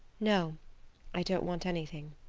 no i don't want anything.